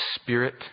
spirit